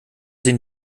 den